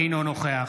אינו נוכח